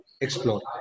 explore